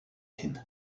team